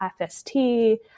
FST